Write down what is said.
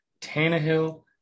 Tannehill